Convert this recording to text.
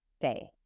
day